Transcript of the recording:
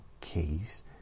keys